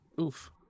oof